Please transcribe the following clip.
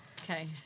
Okay